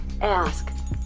Ask